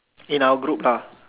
in our group lah